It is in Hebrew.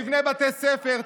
תבנה בתי ספר,